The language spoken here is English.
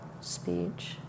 speech